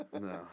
No